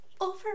over